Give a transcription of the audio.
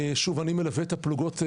שוב, אני מלווה את הפלוגות.